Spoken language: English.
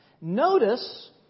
Notice